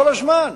כל הזמן.